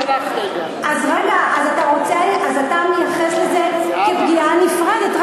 אתה מתייחס לזה כפגיעה נפרדת.